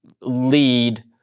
lead